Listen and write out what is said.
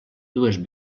dues